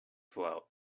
float